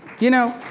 you know,